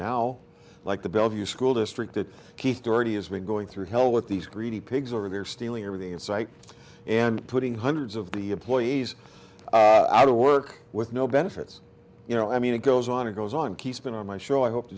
now like the bellevue school district that keith already has been going through hell with these greedy pigs over there stealing everything in sight and putting hundreds of the employees out of work with no benefits you know i mean it goes on and goes on keepin on my show i hope to